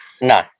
No